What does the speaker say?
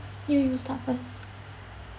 you let me start first